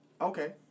Okay